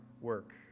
work